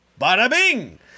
bada-bing